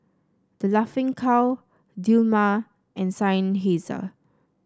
The Laughing Cow Dilmah and Seinheiser